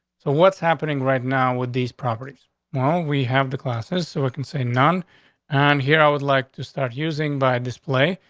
so what's happening right now with these properties while we have the classes so i can say none on and here? i would like to start using by display.